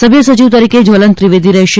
સભ્ય સચિવ તરીકે જવલંત ત્રિવેદી રહેશે